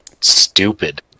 Stupid